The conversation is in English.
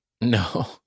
No